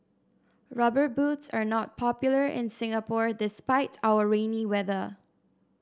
Rubber Boots are not popular in Singapore despite our rainy weather